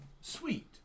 sweet